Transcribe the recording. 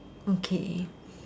okay